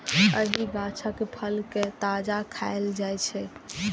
एहि गाछक फल कें ताजा खाएल जाइ छै